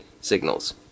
signals